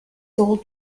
sold